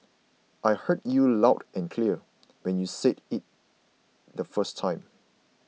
I heard you loud and clear when you said it the first time